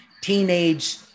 teenage